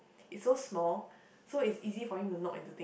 it's so small so it's easy for him to knock into things